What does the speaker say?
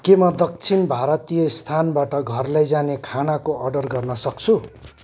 के म दक्षिण भारतीय स्थानबाट घर लैजाने खानाको अर्डर गर्न सक्छु